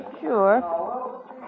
Sure